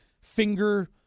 finger